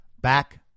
back